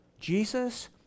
Jesus